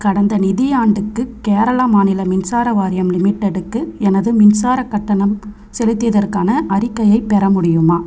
கடந்த நிதியாண்டுக்கு கேரள மாநில மின்சார வாரியம் லிமிடெடுக்கு எனது மின்சாரக் கட்டணம் செலுத்தியதற்கான அறிக்கையைப் பெற முடியுமா